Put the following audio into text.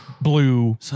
blue